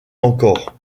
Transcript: encore